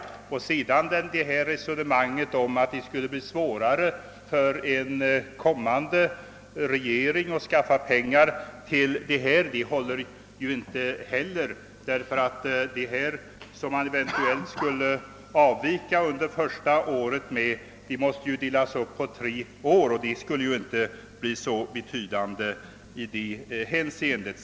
Vidare håller inte detta resonemang om att det skulle bli svårare för en kommande regering att skaffa pengar för ifrågavarande ändamål, ty det belopp som eventuellt skulle kunna få avvika under det första året måste ju delas upp på tre år. Summorna skulle alltså inte bli så betydande i det hänseendet.